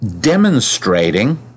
demonstrating